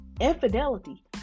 infidelity